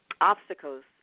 obstacles